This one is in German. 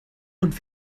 und